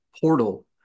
portal